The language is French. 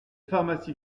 pharmacies